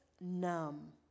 numb